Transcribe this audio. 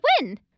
win